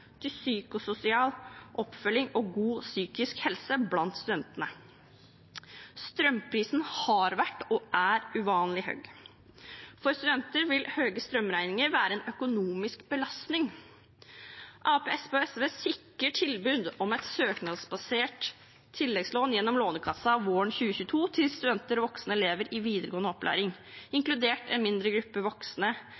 til psykososial oppfølging og god psykisk helse blant studentene. Strømprisen har vært, og er, uvanlig høy. For studenter vil høye strømregninger være en økonomisk belastning. Arbeiderpartiet, Senterpartiet og SV sikrer tilbud om et søknadsbasert tilleggslån gjennom Lånekassen våren 2022 til studenter og voksne elever i videregående opplæring,